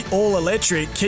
all-electric